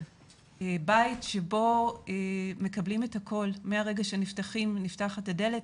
בית שבו מקבלים את הכל מהרגע שנפתחת הדלת.